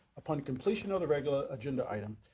upon completion of the regular agenda items,